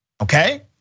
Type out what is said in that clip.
okay